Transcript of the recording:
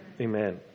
Amen